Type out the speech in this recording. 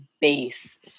base